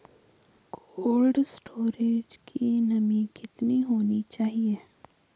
Cold storage की नमी कितनी होनी चाहिए?